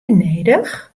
nedich